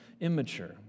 immature